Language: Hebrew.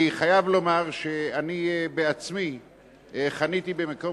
אני חייב לומר שאני עצמי חניתי במקום